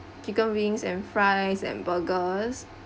chicken wings and fries and burgers